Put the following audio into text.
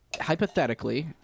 hypothetically